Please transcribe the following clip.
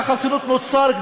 החסינות ברמה